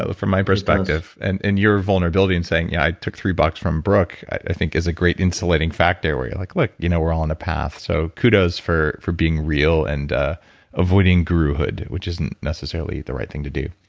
ah from my perspective, and and your vulnerability in saying, yeah i took three bucks from brooke, i think is a great insulating factor where you're like, look, you know we're all on a path. so kudos for for being real and ah avoiding guru-hood, which isn't necessarily the right thing to do